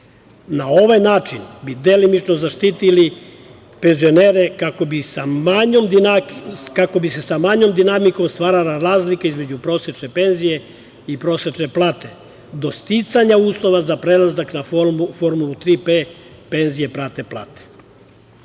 Na ovaj način bi delimično zaštitili penzionere, kako bi se sa manjom dinamikom stvarala razlika između prosečne penzije i prosečne plate, do sticanja uslova za prelazak na formulu „Tri P“ (penzije prate